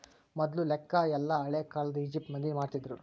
ಮೊದ್ಲು ಲೆಕ್ಕ ಎಲ್ಲ ಹಳೇ ಕಾಲದ ಈಜಿಪ್ಟ್ ಮಂದಿ ಮಾಡ್ತಿದ್ರು